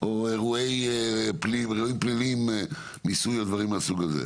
או אירועים פליליים, מיסוי או דברים מהסוג הזה.